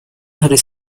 her